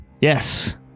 Yes